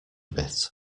bit